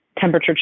temperature